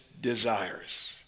desires